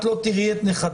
את לא תראי את נכדיך?